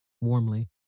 warmly